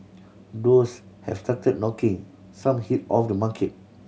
those have started knocking some heat off the market